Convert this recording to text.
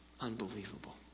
unbelievable